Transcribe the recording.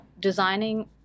designing